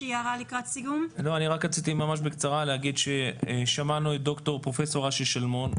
רציתי להגיד ששמענו את פרופ' אשי שלמון,